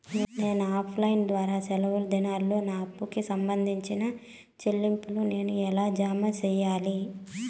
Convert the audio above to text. నేను offline ద్వారా సెలవు దినాల్లో నా అప్పుకి సంబంధించిన చెల్లింపులు నేను ఎలా జామ సెయ్యాలి?